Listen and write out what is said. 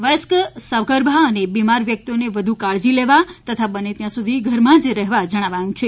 વયસ્ક સગર્ભા અને બીમાર વ્યકિતઓને વધુ કાળજી લેવા તથા બને ત્યાં સુધી ઘરે જ રહેવા જણાવાયુ છે